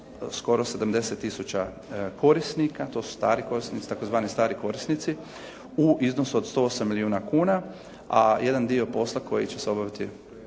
skoro 70 tisuća korisnika, to su tzv. stari korisnici u iznosu od 108 milijuna kuna a jedan dio posla koji će se obaviti